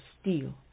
steel